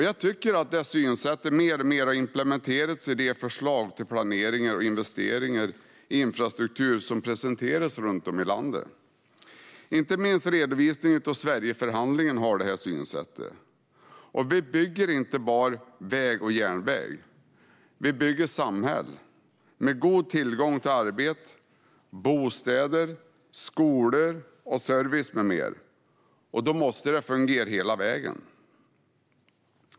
Jag tycker att det synsättet mer och mer har implementerats i de förslag till planeringar och investeringar i infrastruktur som presenteras runt om i landet. Inte minst redovisningen av Sverigeförhandlingen har det synsättet. Vi bygger inte bara väg och järnväg, utan vi bygger samhällen med god tillgång till arbete, bostäder, skolor och service med mera. Då måste det fungera hela vägen.